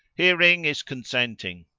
hearing is consenting.